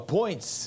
points